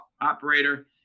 operator